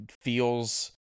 feels